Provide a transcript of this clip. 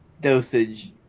dosage